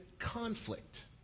conflict